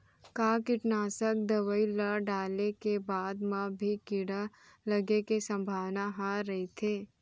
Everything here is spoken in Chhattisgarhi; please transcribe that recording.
का कीटनाशक दवई ल डाले के बाद म भी कीड़ा लगे के संभावना ह रइथे?